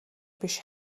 биш